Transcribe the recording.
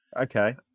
Okay